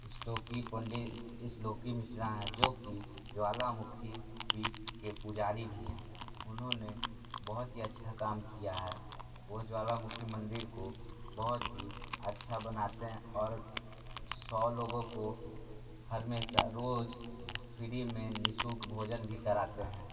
श्लोकी पंडित इसलोकी मिश्रा है जो की ज्वालामुखी पीठ के पुजारी भी हैं उन्होंने बहुत ही अच्छा काम किया है वो ज्वालामुखी मंदिर को बहुत ही अच्छा बनाते हैं और सौ लोगों को हमेशा रोज फ्री में निशुल्क भोजन भी कराते हैं